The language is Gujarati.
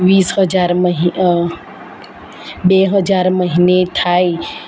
વીસ હજાર બે હજાર મહિને થાય